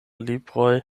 libroj